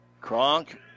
Kronk